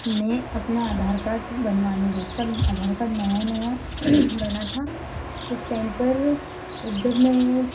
मैं अपना आधार कार्ड बनवाने गई तब आधार कार्ड नया नया बना था उस टाइम पर जब मैं